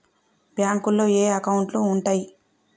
బ్యాంకులో ఏయే అకౌంట్లు ఉంటయ్?